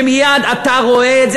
שמייד אתה רואה את זה.